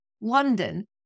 London